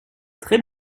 très